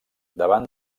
davant